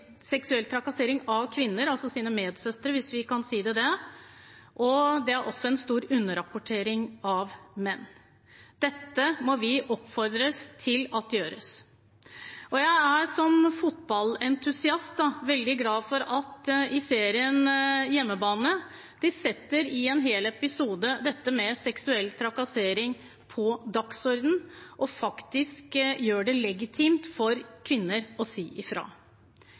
seksuell trakassering fra kvinner, altså sine medsøstre, hvis vi kan si det, og det er også en stor underrapportering av menn. Vi må oppfordre til at dette gjøres. Jeg er som fotballentusiast veldig glad for at serien Heimebane i en hel episode setter seksuell trakassering på dagsordenen og faktisk gjør det legitimt for kvinner å si